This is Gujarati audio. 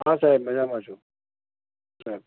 હા સાહેબ મજામાં છું સાહેબ